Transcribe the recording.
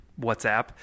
WhatsApp